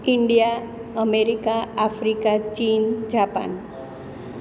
India America Africa China Japan